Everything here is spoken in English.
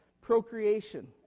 procreation